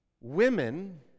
Women